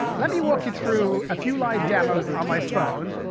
let me walk you through a few live demos on my phone.